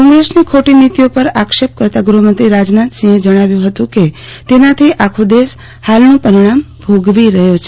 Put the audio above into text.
કોગ્રેશ ની ખોટી નીતિઓ પર આક્ષેપ કરતા ગૃહ્મંત્રી રાજનાથસિંહ્ જણાવ્યું હતું કે તેના થી આખો દેશ ફાલનું પરિણામ ભોગવી રહ્યો છે